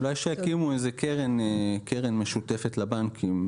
אולי יקימו איזו קרן משותפת לבנקים,